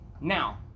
Now